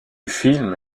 film